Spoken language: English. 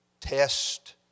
Test